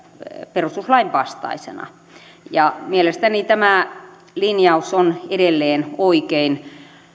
perustuslain vastaisena mielestäni tämä linjaus on edelleen oikein